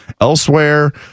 elsewhere